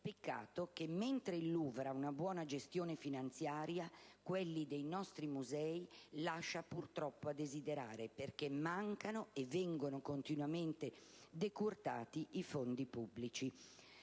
Peccato che, mentre il Louvre ha una buona gestione finanziaria, quella dei nostri musei lascia purtroppo a desiderare, perché mancano e vengono continuamente decurtati i fondi pubblici.